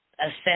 assess